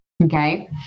Okay